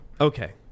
Okay